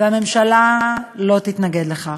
והממשלה לא תתנגד לכך.